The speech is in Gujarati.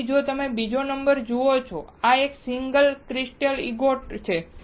તેથી જો તમે બીજો નંબર જુઓ છો તો આ સિંગલ ક્રિસ્ટલ ઈંગોટ છે